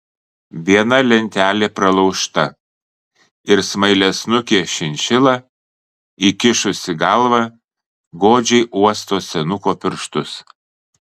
viena lentelė pralaužta ir smailiasnukė šinšila iškišusi galvą godžiai uosto senuko pirštus